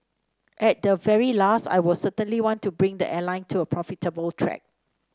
at the very last I will certainly want to bring the airline to a profitable track